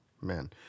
Man